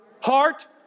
heart